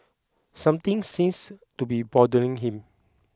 something seems to be bothering him